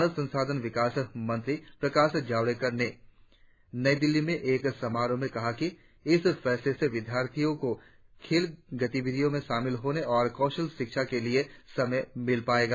मानव संसाधन विकास मंत्री प्रकाश जावड़ेकर ने नई दिल्ली में एक समारोह में कहा कि इस फैसले से विद्यार्थियों को खेल गतिविधियों में शामिल होने और कौशल शिक्षा के लिए समय मिल पाएगा